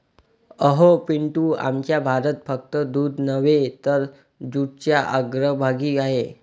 अहो पिंटू, आमचा भारत फक्त दूध नव्हे तर जूटच्या अग्रभागी आहे